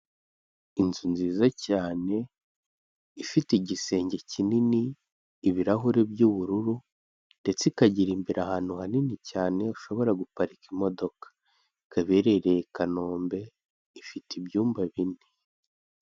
Inzu nziza cyane ifite igisenge kinini, ibirahure by'ubururu ndetse ikagira imbere ahantu hanini cyane ushobora guparika imodoka, ikaba iherereye i Kanombe ifite ibyumba bine.